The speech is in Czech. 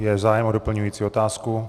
Je zájem o doplňující otázku?